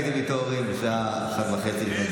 איך הייתם מתעוררים בשעה 01:30?